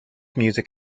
music